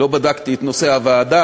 לא בדקתי את נושא הוועדה.